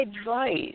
advice